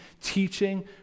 teaching